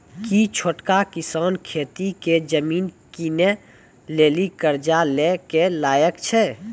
कि छोटका किसान खेती के जमीन किनै लेली कर्जा लै के लायक छै?